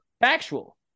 Factual